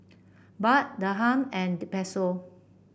Baht Dirham and Peso